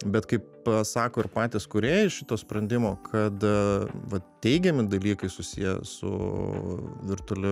bet kaip sako ir patys kūrėjai šito sprendimo kad va teigiami dalykai susiję su virtualiu